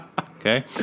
Okay